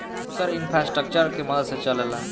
दुसर इन्फ़्रास्ट्रकचर के मदद से चलेला